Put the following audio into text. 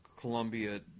Columbia